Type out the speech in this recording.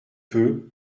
peu